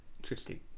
Interesting